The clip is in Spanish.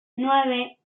nueve